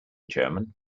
german